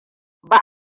ba